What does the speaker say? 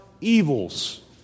evils